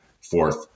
fourth